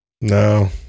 no